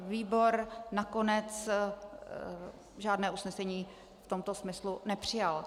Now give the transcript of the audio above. Výbor nakonec žádné usnesení v tomto smyslu nepřijal.